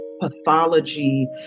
pathology